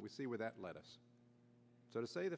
we see with that let us sort of say the